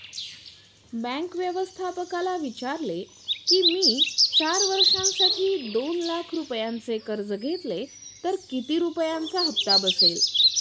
bank व्यवस्थापकाला विचारले किती की, मी चार वर्षांसाठी दोन लाख रुपयांचे कर्ज घेतले तर किती रुपयांचा हप्ता बसेल